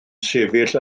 sefyll